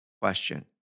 question